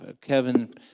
Kevin